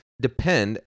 depend